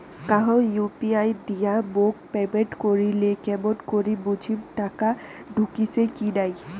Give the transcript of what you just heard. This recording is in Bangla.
কাহো ইউ.পি.আই দিয়া মোক পেমেন্ট করিলে কেমন করি বুঝিম টাকা ঢুকিসে কি নাই?